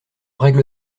règle